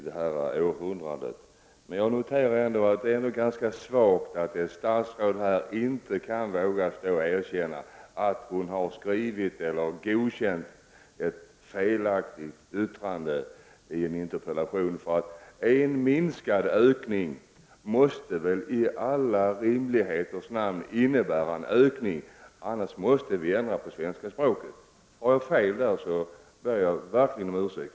Det var ju moderaterna som tog Jag noterar ändå att det är ganska svagt att ett statsråd inte vågar erkänna att hon har yttrat sig felaktigt i ett interpellationssvar. En minskad ökning måste väl i rimlighetens namn innebära en ökning, annars måste vi ändra på svenska språket. Har jag fel i det avseendet ber jag verkligen om ursäkt.